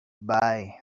bye